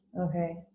Okay